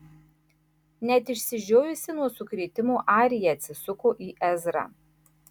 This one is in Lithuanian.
net išsižiojusi nuo sukrėtimo arija atsisuko į ezrą